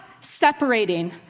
separating